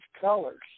colors